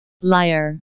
Liar